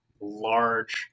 large